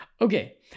okay